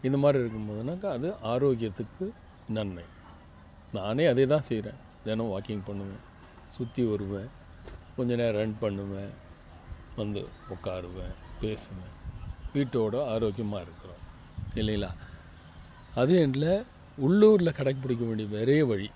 இந்தமாதிரி இருக்கணும் போதுனாக்க அது ஆரோக்கியத்துக்கு நன்மை நானே அதேதான் செய்கிறேன் தினம் வாக்கிங் பண்ணுவேன் சுற்றி வருவேன் கொஞ்சம் நேரம் ரன் பண்ணுவேன் வந்து உக்காருவேன் பேசுவேன் வீட்டோடு ஆரோக்கியமாக இருக்கிறோம் இல்லைங்களா அதே எண்டில் உள்ளூரில் கடைபிடிக்க வேண்டிய நிறைய வழி